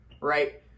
right